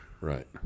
Right